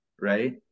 right